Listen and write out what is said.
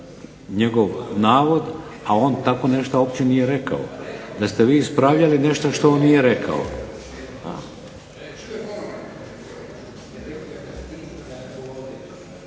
njegov navod a on uopće tako nešto nije rekao. Da ste vi ispravljali nešto što on nije rekao.